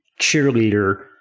cheerleader